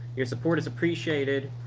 your support is appreciated!